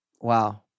wow